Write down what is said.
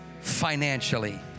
financially